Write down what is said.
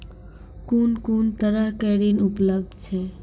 कून कून तरहक ऋण उपलब्ध छै?